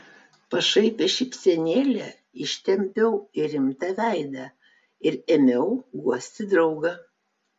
pašaipią šypsenėlę ištempiau į rimtą veidą ir ėmiau guosti draugą